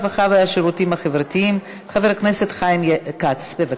31 חברי כנסת בעד, אין מתנגדים, אין נמנעים.